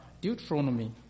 Deuteronomy